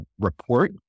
report